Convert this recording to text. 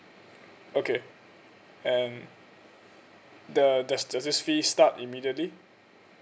okay and the does the this fees start immediately